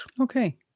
Okay